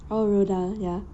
oh roald dahl ya